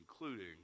including